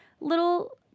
little